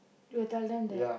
you will tell them that